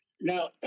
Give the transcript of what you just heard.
Now